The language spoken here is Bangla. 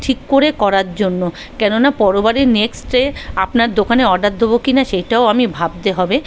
ঠিক করে করার জন্য কেননা পরের বারে নেক্সটে আপনার দোকানে অর্ডার দেব কি না সেটাও আমায় ভাবতে হবে